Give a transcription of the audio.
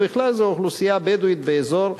ובכלל זה לאוכלוסייה הבדואית באזור,